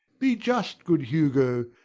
be just, good hugo,